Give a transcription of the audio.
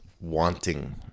wanting